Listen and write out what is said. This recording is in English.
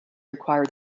require